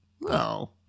No